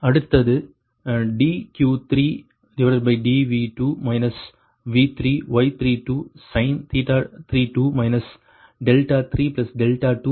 அடுத்தது dQ3dV2 V3Y32sin 32 32 ஆகும்